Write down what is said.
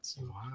wow